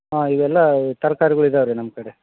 ಹಾಂ ಇವೆಲ್ಲ ತರ್ಕಾರಿಗಳು ಇದಾವೆ ರೀ ನಮ್ಮ ಕಡೆ